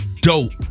dope